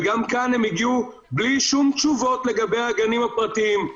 וגם כאן הם הגיעו בלי שום תשובות לגבי הגנים הפרטיים.